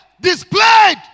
displayed